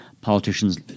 politicians